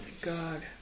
god